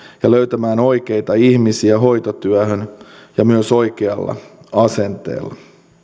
ja löytämään oikeita ihmisiä hoitotyöhön ja myös oikealla asenteella